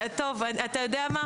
אז אני אומרת לך, טוב, אתה יודע מה?